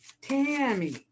Tammy